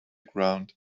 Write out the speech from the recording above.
ground